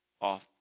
off